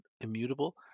immutable